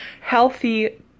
healthy